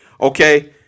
okay